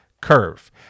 curve